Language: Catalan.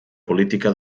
política